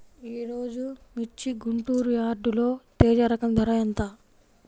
ఈరోజు మిర్చి గుంటూరు యార్డులో తేజ రకం ధర ఎంత?